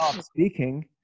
speaking